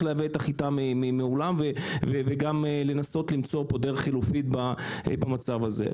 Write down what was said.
לייבא את החיטה מהעולם וגם לנסות למצוא פה דרך חלופית במצב הזה,